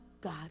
God